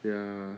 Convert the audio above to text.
ya